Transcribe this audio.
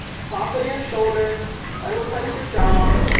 soften your shoulders, unclench your jaw.